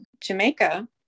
Jamaica